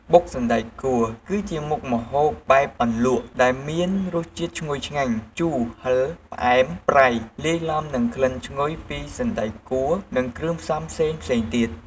បុកសណ្តែកគួរ គឺជាមុខម្ហូបបែបអន្លក់ ដែលមានរសជាតិឈ្ងុយឆ្ងាញ់ ជូរ ហឹរ ផ្អែម ប្រៃ លាយឡំនឹងក្លិនឈ្ងុយពីសណ្ដែកគួរនិងគ្រឿងផ្សំផ្សេងៗទៀត។